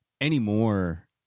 anymore